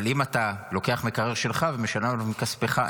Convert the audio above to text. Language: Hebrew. אבל אם אתה לוקח מקרר שלך ומשלם עליו מכספך,